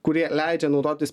kurie leidžia naudotis